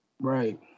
Right